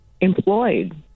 employed